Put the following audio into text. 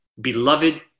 beloved